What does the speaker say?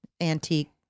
Antique